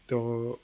তো